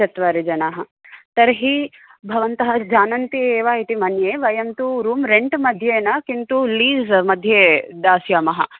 चत्वारः जनाः तर्हि भवन्तः जानन्ति एव इति मन्ये वयं तु रूम् रेण्ट् मध्ये न किन्तु लीज़् मध्ये दास्यामः